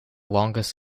longest